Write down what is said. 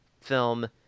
film